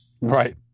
Right